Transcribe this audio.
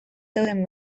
zeunden